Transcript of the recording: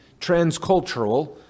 transcultural